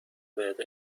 بهت